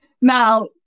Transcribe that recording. Now